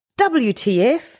WTF